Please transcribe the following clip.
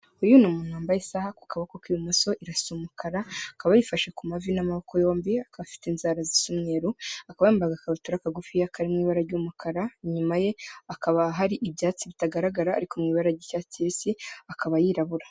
Uyu ni umuntu wambaye isaha ku kaboko k'ibumoso, irasa umukara, akaba yifashe ku mavi n'amaboko yombi, akaba afite inzara zisa umweru, akaba yambaye agakabutura kagufiya kari mu ibara ry'umukara, inyuma ye hakaba hari ibyatsi bitagaragara ariko mu ibara ry'icyatsi kibisi, akaba yirabura.